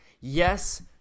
yes